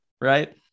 right